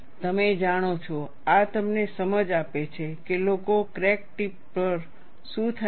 તમે જાણો છો આ તમને સમજ આપે છે કે લોકો ક્રેક ટિપ પર શું થાય છે